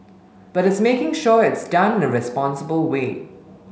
but it's making sure it's done in a responsible way